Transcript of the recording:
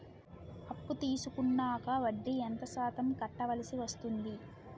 అప్పు తీసుకున్నాక వడ్డీ ఎంత శాతం కట్టవల్సి వస్తుంది?